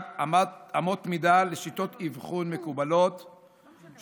(1) אמות מידה לשיטות אבחון מקובלות, (2)